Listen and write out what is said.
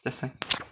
just sign